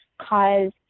cause